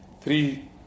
Three